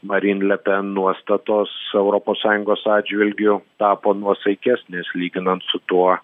marin le pen nuostatos europos sąjungos atžvilgiu tapo nuosaikesnės lyginant su tuo